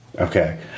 Okay